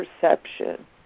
perception